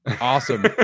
Awesome